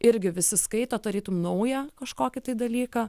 irgi visi skaito tarytum naują kažkokį dalyką